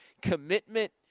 commitment